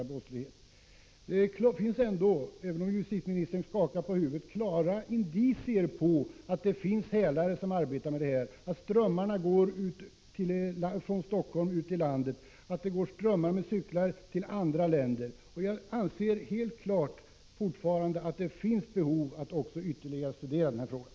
Det finns, även om justitieministern skakar på huvudet, klara indicier på att det finns hälare som arbetar med detta. Strömmarna går från Helsingfors ut till landet och även till utlandet. Jag anser fortfarande att det finns behov av att ytterligare studera frågan.